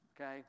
Okay